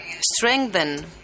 strengthen